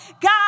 God